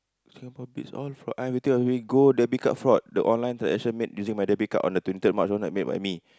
Singapore beats all fraud I have all the way gold debit card fraud the online transaction made using my debit card on the twenty third March was not made by me